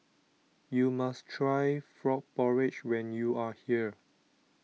you must try Frog Porridge when you are here